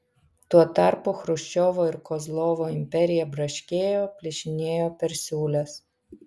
tuo tarpu chruščiovo ir kozlovo imperija braškėjo plyšinėjo per siūles